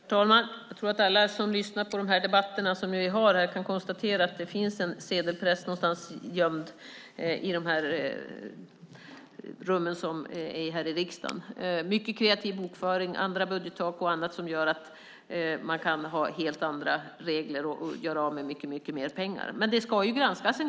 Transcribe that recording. Herr talman! Jag tror att alla som lyssnar på de debatter vi har här kan konstatera att det tydligen finns en sedelpress gömd någonstans i rummen här i riksdagen. Bland annat en mycket kreativ bokföring och andra budgettak gör att det går att ha helt andra regler och att göra av med mycket mer pengar. Men någon gång ska det granskas!